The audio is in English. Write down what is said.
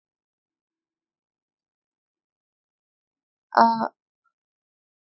uh